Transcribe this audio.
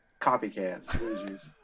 copycats